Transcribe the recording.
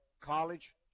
college